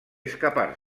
escapar